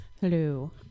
Hello